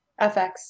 FX